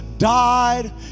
Died